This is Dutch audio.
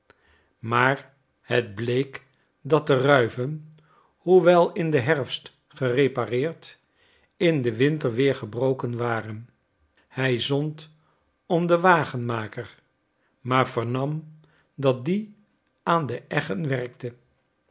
maar het bleek dat de ruiven hoewel in den herfst gerepareerd in den winter weer gebroken waren hij zond om den wagenmaker maar vernam dat die aan de eggen werkte